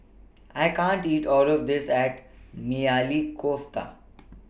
I can't eat All of This At Maili Kofta